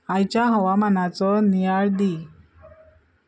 आयच्या हवामानाचो नियाळ दी